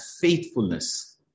faithfulness